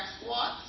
squats